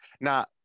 Now